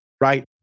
Right